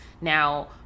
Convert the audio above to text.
now